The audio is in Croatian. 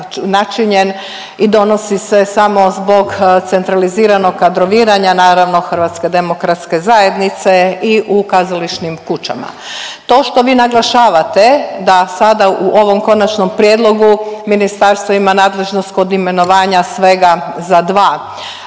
i donosi se samo zbog centraliziranog kadroviranja, naravno HDZ-a i u kazališnim kućama. To što vi naglašavate da sada u ovom konačnom prijedlogu ministarstvo ima nadležnost kod imenovanja svega za dva